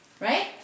right